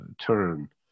turn